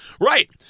Right